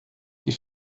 die